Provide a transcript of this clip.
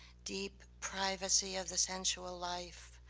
deep privacy of the sensual life,